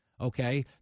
okay